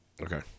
Okay